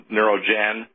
NeuroGen